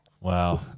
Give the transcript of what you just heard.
Wow